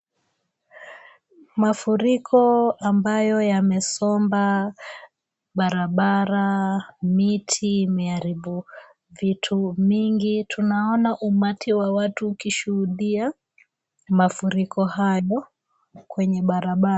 Mafuriko ambayo yamesomba barabara, miti imeharibu vitu mingi, tunaona umati wa watu ukishuhudia mafuriko hayo kwenye barabara.